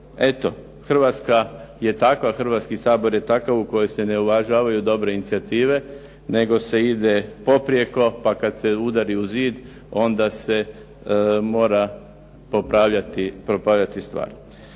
eto, Hrvatska je takva, Hrvatski sabor je takav u kojem se ne uvažavaju dobre inicijative, nego se ide poprijeko, pa kada se udari u zid, onda se mora popravljati stvar.